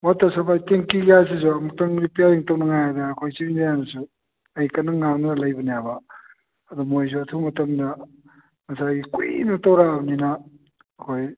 water supply ꯇꯦꯡꯀꯤ ꯒꯥꯁꯤꯁꯨ ꯑꯃꯨꯛꯇꯪ ꯔꯤꯄꯤꯌꯥꯔꯤꯡ ꯇꯧꯅꯉꯥꯏ ꯍꯥꯏꯗꯅ ꯑꯩꯈꯣꯏ ꯆꯤꯞ ꯏꯟꯖꯤꯅꯤꯌꯥꯔꯗꯁꯨ ꯑꯩ ꯀꯟꯅ ꯉꯥꯡꯅꯔ ꯂꯩꯕꯅꯦꯕ ꯑꯗꯣ ꯃꯣꯏꯁꯨ ꯑꯊꯨꯕ ꯃꯇꯝꯗ ꯉꯁꯥꯏꯒꯤ ꯀꯨꯏꯅ ꯇꯧꯔꯛꯑꯕꯅꯤꯅ ꯑꯩꯈꯣꯏ